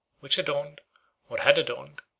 which adorned, or had adorned,